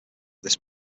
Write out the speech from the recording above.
this